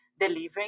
delivering